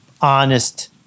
honest